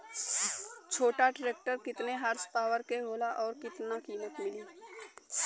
छोटा ट्रेक्टर केतने हॉर्सपावर के होला और ओकर कीमत का होई?